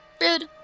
Rude